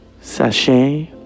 sashay